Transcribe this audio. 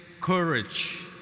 courage